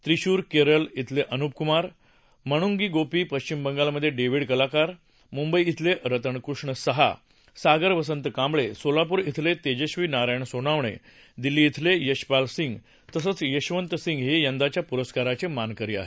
त्रिशूर केरल इथले अनूप कुमार मंणुखी गोपी पश्विम बंगालमधे डेविड मालाकार मुंबई इथले रतनकृष्ण सहा सागर वसंत कांबळे सोलापूर इथले तेजस्वी नारायण सोनावणे दिल्ली इथले यशपाल सिंग तसंच यशवंत सिंग हे यंदाच्या पुरस्काराचे मानकरी आहेत